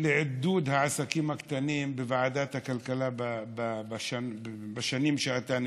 לעידוד העסקים הקטנים בוועדת הכלכלה בשנים שאתה נמצא,